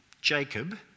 Jacob